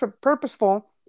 purposeful